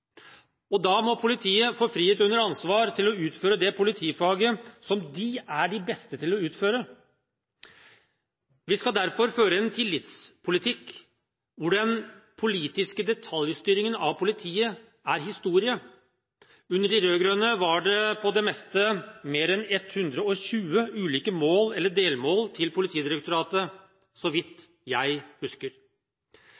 Da må politiet få frihet under ansvar til å utføre det politifaget som de er de beste til å utføre. Vi skal derfor føre en tillitspolitikk – hvor den politiske detaljstyringen av politiet er historie. Under de rød-grønne var det på det meste mer enn 120 ulike mål eller delmål til Politidirektoratet, så vidt